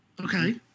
Okay